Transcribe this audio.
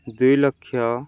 ଦୁଇ ଲକ୍ଷ